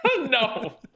No